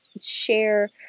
share